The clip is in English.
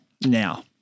now